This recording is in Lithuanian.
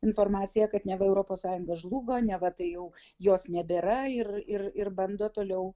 informaciją kad neva europos sąjunga žlugo neva tai jau jos nebėra ir ir ir bando toliau